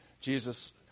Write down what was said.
Jesus